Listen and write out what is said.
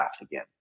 again